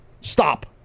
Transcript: Stop